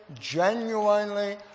genuinely